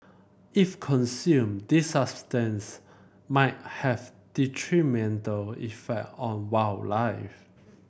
if consumed these substance might have detrimental effect on wildlife